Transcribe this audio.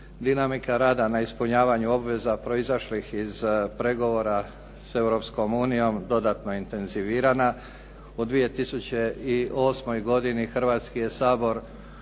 dinamika rada na ispunjavanju obveza proizašlih iz pregovora sa Europskom unijom dodatno je intenzivirana. U 2008. godini Hrvatski je Sabor